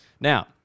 Now